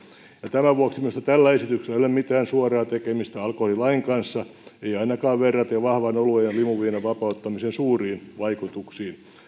tämän vuoksi minusta tällä esityksellä ei ole mitään suoraa tekemistä alkoholilain kanssa ei ainakaan verrattuna vahvan oluen ja limuviinan vapauttamisen suuriin vaikutuksiin